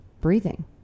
breathing